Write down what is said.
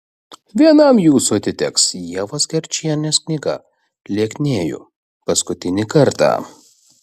vienam jūsų atiteks ievos gerčienės knyga lieknėju paskutinį kartą